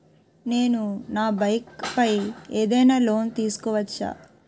నేను నా బైక్ పై ఏదైనా లోన్ తీసుకోవచ్చా?